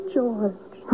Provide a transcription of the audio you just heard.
George